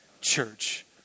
church